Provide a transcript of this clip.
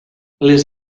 les